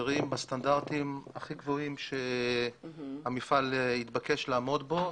בסטנדרטים הכי גבוהים שהמפעל התבקש לעמוד בהם.